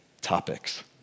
topics